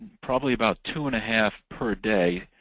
probably about two-and-a-half per day,